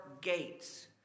Gates